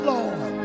Lord